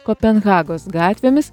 kopenhagos gatvėmis